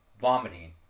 vomiting